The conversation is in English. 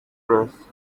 press